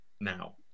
now